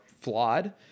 flawed